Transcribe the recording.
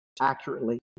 accurately